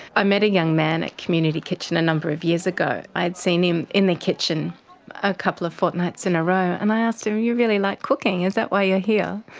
i met a young man at community kitchen a number of years ago. i had seen him in the kitchen a couple of fortnights in a row and i asked him, you really like cooking, is that why you're here?